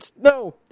no